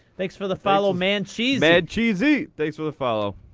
thanks for the follow, mancheesy. mancheesy, thanks for the follow.